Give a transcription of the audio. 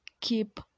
keep